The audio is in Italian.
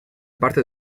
parte